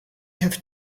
have